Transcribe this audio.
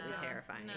terrifying